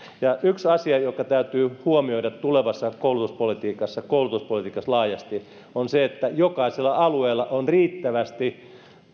alueilla yksi asia joka täytyy huomioida tulevassa koulutuspolitiikassa koulutuspolitiikassa laajasti on se että jokaisella alueella on riittävästi